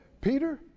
Peter